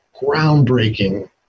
groundbreaking